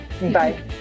Bye